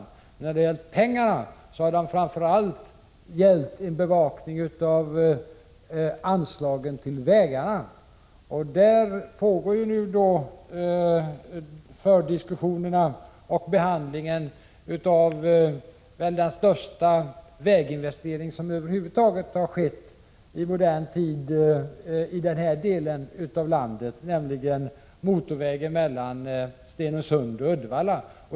Men när det varit fråga om pengarna har det framför allt gällt bevakningen av anslagen till vägarna. I det sammanhanget pågår nu fördiskussioner om en väginvestering som väl är den största som över huvud taget har skett i modern tid i den här delen av landet, nämligen motorvägen mellan Stenungsund och Uddevalla.